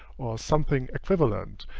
something equivalent,